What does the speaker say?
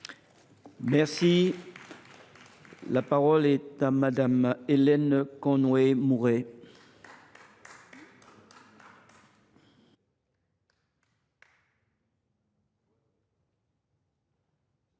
durable. La parole est à Mme Hélène Conway Mouret.